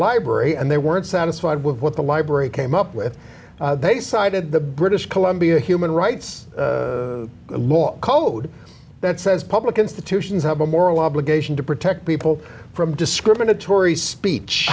library and they weren't satisfied with what the library came up with they cited the british columbia human rights law code that says public institutions have a moral obligation to protect people from discriminatory speech